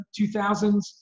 2000s